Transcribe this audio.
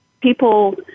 people